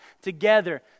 together